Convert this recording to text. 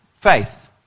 faith